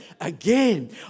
Again